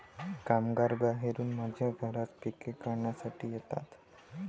कामगार बाहेरून माझ्या घरात पिके काढण्यासाठी येतात